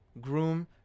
Groom